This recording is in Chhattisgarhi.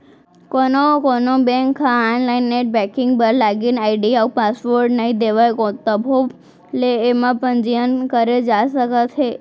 कोनो कोनो बेंक ह आनलाइन नेट बेंकिंग बर लागिन आईडी अउ पासवर्ड नइ देवय तभो ले एमा पंजीयन करे जा सकत हे